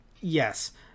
Yes